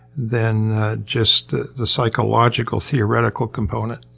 than just the psychological, theoretical component.